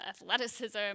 athleticism